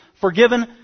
forgiven